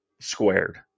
squared